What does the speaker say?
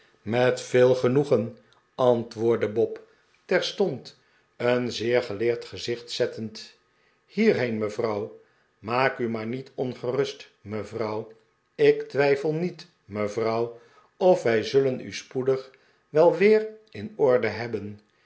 met veel genoegen antwoordde bob terstond een zeergeleerd gezicht zettend hierheen mevrouw maak u maar niet ongerust mevrouw ik twijfel niet mevrouw of wij zullen u spoedig wel weer in orde hebben